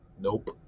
Nope